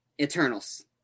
eternals